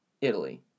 Italy